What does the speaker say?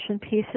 pieces